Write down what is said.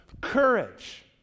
courage